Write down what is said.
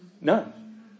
None